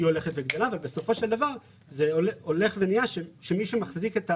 הולכת וגדלה ובסופו של דבר מי שמחזיק על